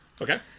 Okay